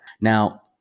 Now